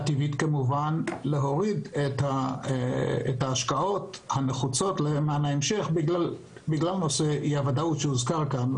טבעית להוריד את ההשקעות הנחוצות בגלל נושא אי-הוודאות שהוזכר כאן.